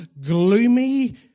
gloomy